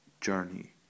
journey